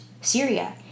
Syria